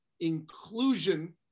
inclusion